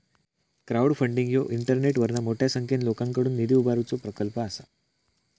crowdfunding ह्यो इंटरनेटवरना मोठ्या संख्येन लोकांकडुन निधी उभारुचो प्रकल्प असा